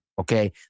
Okay